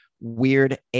Weird